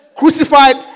crucified